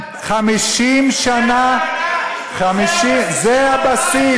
50 שנה, זה הבסיס?